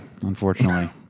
unfortunately